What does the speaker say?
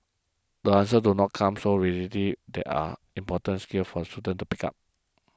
the answers do not come so readily these are important skills for the students pick up